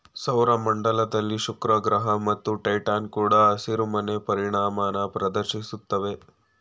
ಸೌರ ಮಂಡಲದಲ್ಲಿ ಶುಕ್ರಗ್ರಹ ಮತ್ತು ಟೈಟಾನ್ ಕೂಡ ಹಸಿರುಮನೆ ಪರಿಣಾಮನ ಪ್ರದರ್ಶಿಸ್ತವೆ